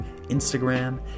Instagram